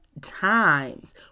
times